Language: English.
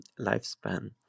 lifespan